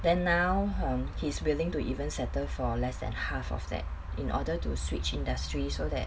then now hmm he's willing to even settle for less than half of that in order to switch industries so that